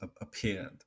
appeared